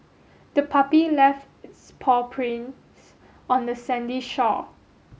the puppy left its paw prints on the sandy shore